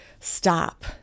stop